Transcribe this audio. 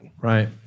Right